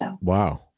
Wow